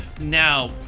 Now